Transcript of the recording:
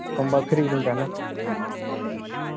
ᱥᱳᱢᱵᱟᱨ ᱯᱷᱨᱤ ᱜᱮᱞᱤᱧ ᱛᱟᱦᱮᱱᱟ